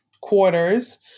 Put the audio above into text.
quarters